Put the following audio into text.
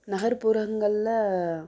நகர்ப்புறங்களில்